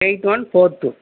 eight one four two